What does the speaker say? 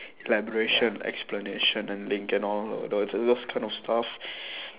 elaboration explanation and link and all the those kind of stuff